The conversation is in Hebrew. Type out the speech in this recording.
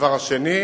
הדבר השני,